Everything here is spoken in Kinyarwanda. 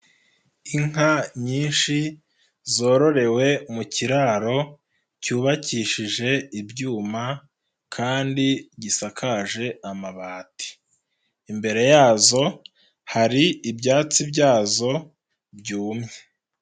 Inka nyinshi, zororewe mu kiraro, cyubakishije ibyuma kandi gisakaje amabati. Imbere yazo, hari ibyatsi byazo, byumye.